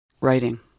Writing